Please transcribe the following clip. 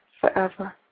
forever